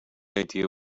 idea